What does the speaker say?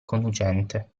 conducente